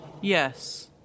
Yes